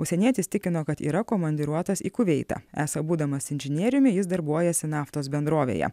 užsienietis tikino kad yra komandiruotas į kuveitą esą būdamas inžinieriumi jis darbuojasi naftos bendrovėje